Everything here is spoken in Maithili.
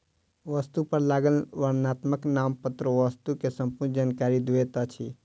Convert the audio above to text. वस्तु पर लागल वर्णनात्मक नामपत्र वस्तु के संपूर्ण जानकारी दैत अछि